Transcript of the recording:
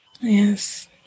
Yes